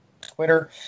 Twitter